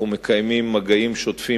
אנחנו מקיימים מגעים שוטפים,